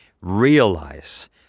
realize